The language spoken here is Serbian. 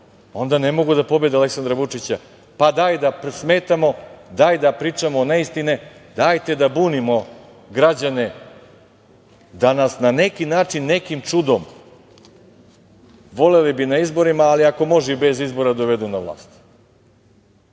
Onda ne mogu da pobede Aleksandra Vučića. Pa, daj da smetamo, daj da pričamo neistine, dajte da bunimo građane da nas na neki način, nekim čudom, voleli bi na izborima, ali ako može bez izbora dovedu na vlast. Evo,